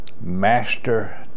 master